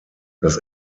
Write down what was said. das